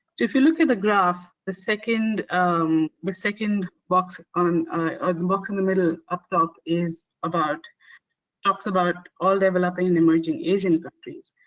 if you look at the graph, the second um the second box, um or the box in the middle up top is about talks about all developing and emerging asian countries,